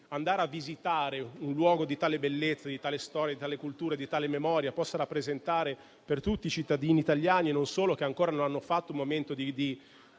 andare a visitare un luogo di tale bellezza, di tale storia, di tale cultura e di tale memoria, possa rappresentare un'occasione per tutti i cittadini italiani, e non solo, che ancora non hanno avuto un momento di